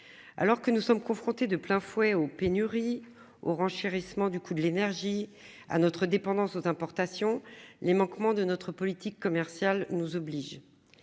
Alors que nous sommes confrontés de plein fouet aux pénuries au renchérissement du coût de l'énergie à notre dépendance aux importations les manquements de notre politique commerciale nous oblige à.